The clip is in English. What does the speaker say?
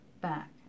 back